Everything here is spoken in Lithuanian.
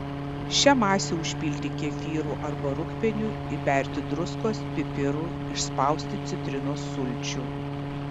šią masę užpilti kefyru arba rūgpieniu įberti druskos pipirų išspausti citrinos sulčių